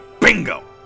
bingo